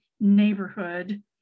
neighborhood